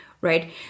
right